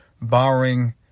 borrowing